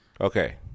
Okay